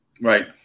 right